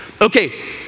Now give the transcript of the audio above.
Okay